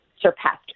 surpassed